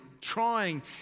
trying